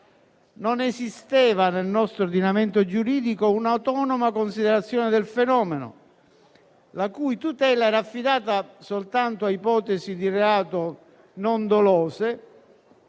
Non esisteva nel nostro ordinamento giuridico un'autonoma considerazione del fenomeno, la cui tutela era affidata soltanto a ipotesi di reato non dolose,